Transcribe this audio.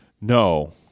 No